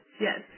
Yes